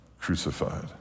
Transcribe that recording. crucified